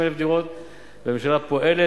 במשך שמונה שנים בנו פה כל שנה 10,000 דירות פחות מדי,